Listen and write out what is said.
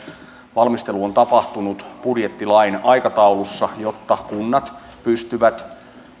on tapahtunut budjettilain aikataulussa jotta kunnat pystyvät